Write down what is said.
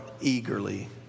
eagerly